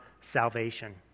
salvation